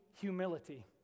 Humility